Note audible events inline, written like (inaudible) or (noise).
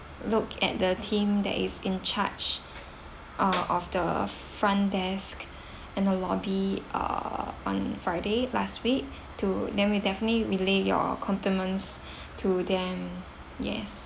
look at the team that is in charge uh of the front desk (breath) and the lobby uh on friday last week to then we definitely relay your compliments (breath) to them yes